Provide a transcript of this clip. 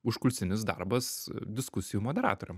užkulisinis darbas diskusijų moderatorium